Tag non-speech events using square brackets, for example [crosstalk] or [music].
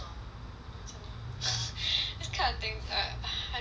真的吗 [laughs] this kind of thing err I don't understand